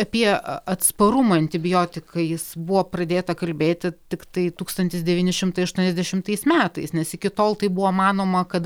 apie a atsparumą antibiotikais buvo pradėta kalbėti tiktai tūkstantis devyni šimtai aštuoniasdešimtais metais nes iki tol tai buvo manoma kad